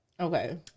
Okay